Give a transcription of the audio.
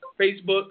Facebook